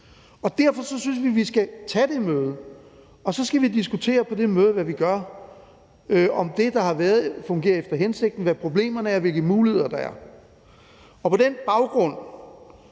derfor synes vi, at vi skal tage det møde, og så skal vi på det møde diskutere, hvad vi gør – om det, der har været, fungerer efter hensigten, hvad problemerne er, og hvilke muligheder der er.